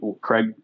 Craig